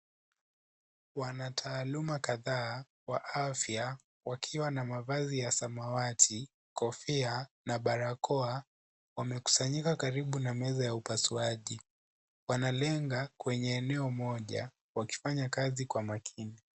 Wanataaluma kadhaa wa afya wakiwa na mavazi ya samawati, kofia na barakoa wamekusanyika karibu na meza ya upasuaji. Wanalenga kwenye eneo moja wakifanya kazi kwa makini.